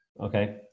Okay